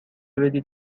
بدید